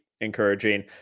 encouraging